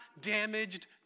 damaged